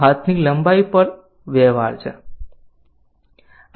આ હાથની લંબાઈ પર વ્યવહાર છે